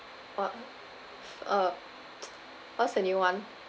what uh what's the new one